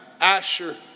Asher